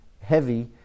heavy